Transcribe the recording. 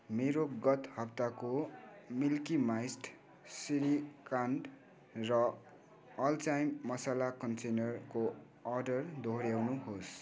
मेरो गत हप्ताको मिल्की मिस्ट श्रीखण्ड र अल टाइम मसला कन्टेनरको अर्डर दोहोऱ्याउनुहोस्